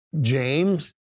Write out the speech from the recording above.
James